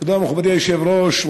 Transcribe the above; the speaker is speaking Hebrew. מכובדי היושב-ראש.